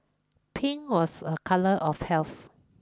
pink was a colour of health